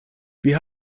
wir